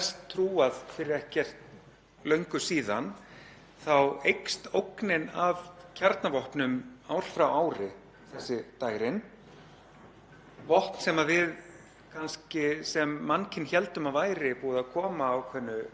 sem við sem mannkyn héldum að væri búið að koma ákveðnu taumhaldi á eru farin að skjóta upp kollinum æ oftar í umræðum um átök sem eiga sér stað.